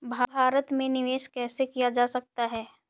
भारत में निवेश कैसे किया जा सकता है?